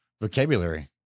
vocabulary